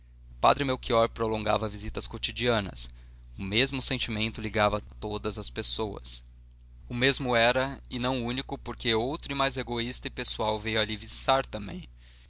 padre melchior prolongava visitas cotidianas o mesmo sentimento ligava a todas as pessoas o mesmo era e não único porque outro e mais egoísta e pessoal veio ali viçar também